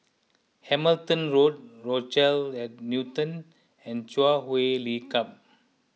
Hamilton Road Rochelle at Newton and Chui Huay Lim Club